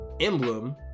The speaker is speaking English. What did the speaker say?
emblem